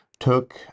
took